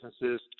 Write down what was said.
businesses